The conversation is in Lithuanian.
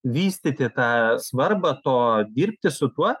vystyti tą svarbą to dirbti su tuo